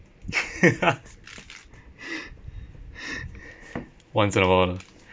once in a while lah